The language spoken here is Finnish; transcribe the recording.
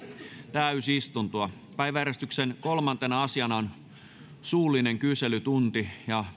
täysistuntoa päiväjärjestyksen kolmantena asiana on suullinen kyselytunti